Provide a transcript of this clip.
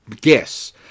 guess